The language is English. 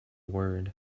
word